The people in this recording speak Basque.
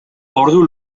ordu